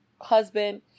husband